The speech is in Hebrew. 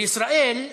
בישראל,